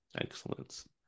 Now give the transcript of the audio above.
Excellence